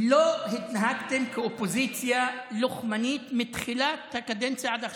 לא התנהגתם כאופוזיציה לוחמנית מתחילת הקדנציה עד עכשיו.